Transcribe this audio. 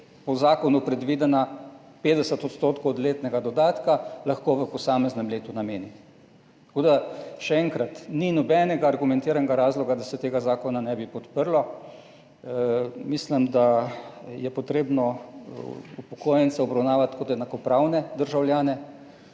po zakonu predvidena 50 odstotkov od letnega dodatka, lahko v posameznem letu nameni. Še enkrat, ni nobenega argumentiranega razloga, da se tega zakona ne bi podprlo. Mislim, da je potrebno upokojence obravnavati kot enakopravne državljane.